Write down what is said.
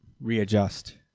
readjust